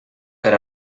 per